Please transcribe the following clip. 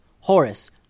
Horace